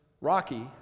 rocky